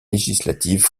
législatives